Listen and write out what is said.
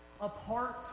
apart